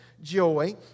joy